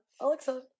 Alexa